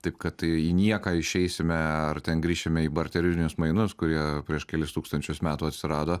taip kad į į nieką išeisime ar ten grįšime į barterinius mainus kurie prieš kelis tūkstančius metų atsirado